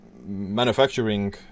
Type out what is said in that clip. manufacturing